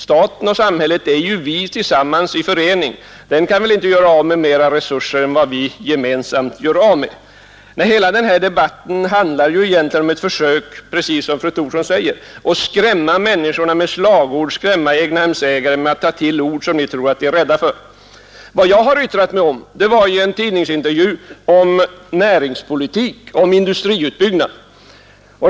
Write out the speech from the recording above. Staten och samhället är ju vi tillsammans i förening. Staten kan väl inte göra av med mer resurser än vad vi gemensamt gör av med. Hela denna debatt är ju, som fru Thorsson säger, bara ett försök från de borgerligas sida att skrämma människor med slagord och skrämma egnahemsägare med att ta till ord som ni tror de är rädda för. I en tidningsintervju uttalade jag mig om näringspolitik och om industriutbyggnad.